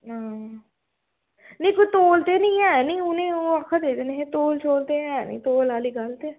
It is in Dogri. हां निं कोई तौल ते निं है निं उ'ने ईं ओह् आक्खा दे न तौल शौल ते है निं तौल आह्ली गल्ल ते